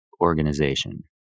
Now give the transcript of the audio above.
organization